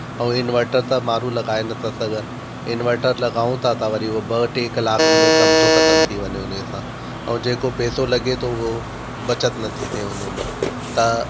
हो इनवर्टर माण्ड़ू लॻाए नथा सघनि इनवर्टर लॻाऊं था त वरी हो ॿ टे कलाक में कमु थे खतमु थी वने उने सां ऐं जेको पेसो लॻे थो उहो बचत नथी थिए उने में त